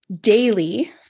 daily